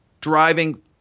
driving